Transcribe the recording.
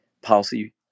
policy